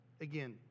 Again